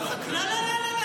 סגן שר החקלאות, לא לא לא.